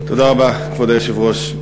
כבוד היושב-ראש,